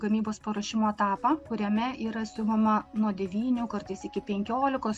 gamybos paruošimo etapą kuriame yra siuvama nuo devynių kartais iki penkiolikos